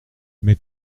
mais